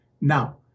Now